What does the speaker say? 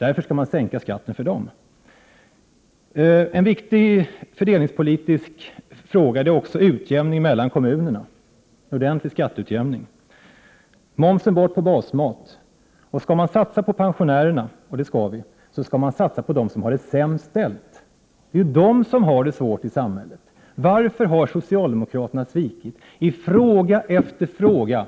Man skall därför sänka skatten för dem. En viktig fördelningspolitisk fråga är också utjämningen mellan kommunerna — en ordentlig skatteutjämning. Momsen skall tas bort på basmaten. Om man skall satsa på pensionärerna — det skall vi göra — skall man satsa på dem som har det sämst ställt. Det är de som har det svårt i samhället. Varför har socialdemokraterna svikit i fråga efter fråga